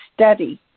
study